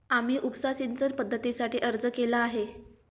आम्ही उपसा सिंचन पद्धतीसाठी अर्ज केला आहे